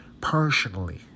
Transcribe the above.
Personally